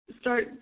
start